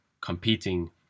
competing